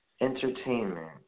entertainment